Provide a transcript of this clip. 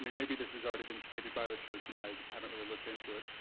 maybe this has already been stated by the church, and i haven't really looked into it.